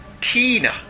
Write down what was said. Tina